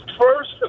first